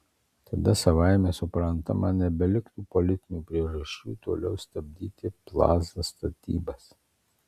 tada savaime suprantama nebeliktų politinių priežasčių toliau stabdyti plaza statybas